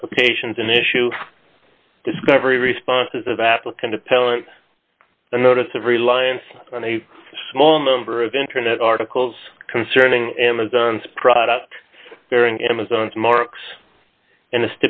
applications in issue discovery responses of applicant appellant a notice of reliance on a small number of internet articles concerning amazon's product bearing amazon's marks and